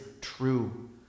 true